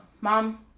Mom